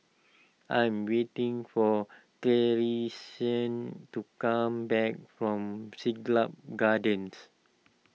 I am waiting for Tristian to come back from Siglap Gardens